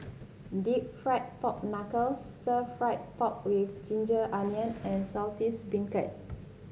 deep fried Pork Knuckle stir fry pork with ginger onion and Saltish Beancurd